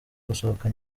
gusohoka